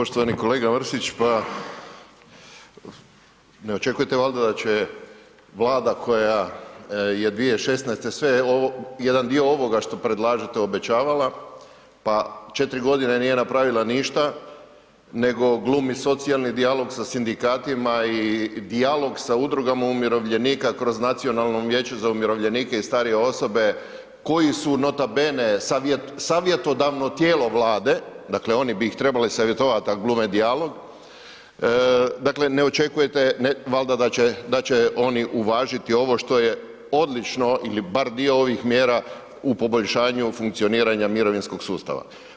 Poštovani kolega Mrsić, pa ne očekujete valda da će Vlada koja je 2016. sve ovo, jedan dio ovoga što predlažete, obećavala, pa 4.g. nije napravila ništa nego glumi socijalni dijalog sa sindikatima i dijalog sa udrugama umirovljenika kroz Nacionalno vijeće za umirovljenike i starije osobe koji su nota bene savjetodavno tijelo Vlade, dakle oni bi ih trebali savjetovat ak glume dijalog, dakle ne očekujete valda da će, da će oni uvažiti ovo što je odlično ili bar dio ovih mjera u poboljšanju funkcioniranja mirovinskog sustava.